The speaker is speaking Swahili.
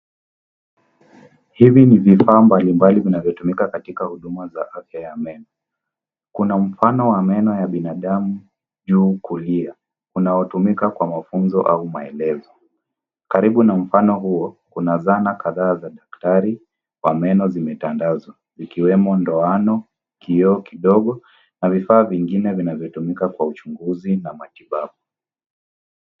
Hivi ni vifaa mbalimbali vinavyotumika katika huduma za afya ya meno ,kuna mfano wa meno ya binadamu juu kulia unaotumika kwa mafunzo au maelezo karibu na mfano huo kuna zana kadhaa za daktari kwa meno zimetandazwa ikiwemo ndoano, kioo kidogo na vifaa vingine vinavyotumika kwa uchunguzi na matibabu.